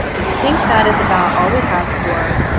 i think that is about all we have for